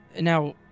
Now